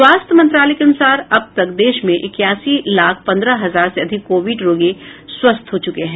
स्वास्थ्य मंत्रालय के अनुसार अब तक देश में इक्यासी लाख पन्द्रह हजार से अधिक कोविड रोगी स्वस्थ हो चुके हैं